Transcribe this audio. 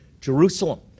Jerusalem